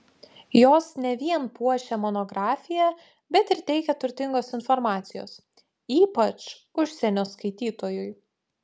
jos ne vien puošia monografiją bet ir teikia turtingos informacijos ypač užsienio skaitytojui